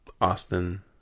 Austin